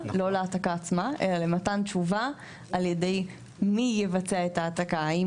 לא להעתקה עצמה אלא למתן תשובה על ידי מי יבצע את ההעתקה- האם